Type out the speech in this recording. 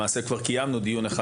למעשה, כבר קיימנו דיון אחד